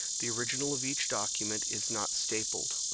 the original of each document is not stapled,